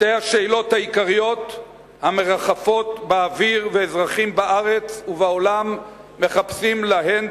שתי השאלות העיקריות המרחפות באוויר ואזרחים בארץ ובעולם מחפשים עליהן